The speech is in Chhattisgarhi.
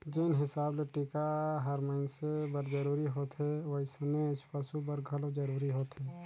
जेन हिसाब ले टिका हर मइनसे बर जरूरी होथे वइसनेच पसु बर घलो जरूरी होथे